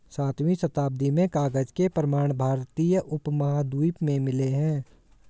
सातवीं शताब्दी में कागज के प्रमाण भारतीय उपमहाद्वीप में मिले हैं